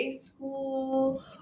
school